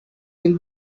will